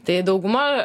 tai dauguma